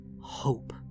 Hope